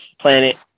planet